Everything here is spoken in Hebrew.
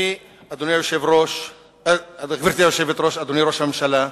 אני, גברתי היושבת-ראש, אדוני ראש הממשלה,